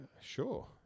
sure